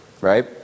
right